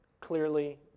clearly